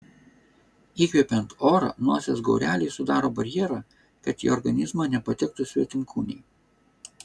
įkvepiant orą nosies gaureliai sudaro barjerą kad į organizmą nepatektų svetimkūniai